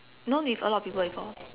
known with a lot of people before